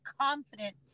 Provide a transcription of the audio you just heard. confident